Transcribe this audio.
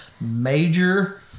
major